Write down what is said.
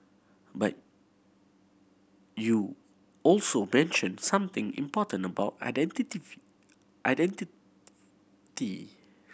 but you also mentioned something important about identity